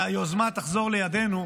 והיוזמה תחזור לידינו.